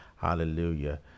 Hallelujah